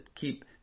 keep